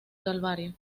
calvario